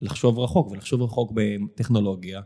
לחשוב רחוק ולחשוב רחוק בטכנולוגיה.